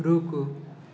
रूकु